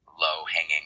low-hanging